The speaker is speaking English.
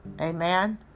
Amen